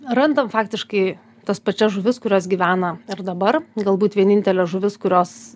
randam faktiškai tas pačias žuvis kurios gyvena ir dabar galbūt vienintelė žuvis kurios